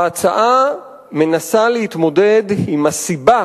ההצעה מנסה להתמודד עם הסיבה